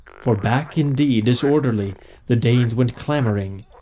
for back indeed disorderly the danes went clamouring,